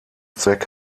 zweck